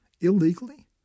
Illegally